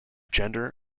gender